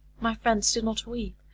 my friends, do not weep.